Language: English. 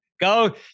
Go